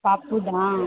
ಪಾಪೂದಾ